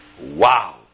Wow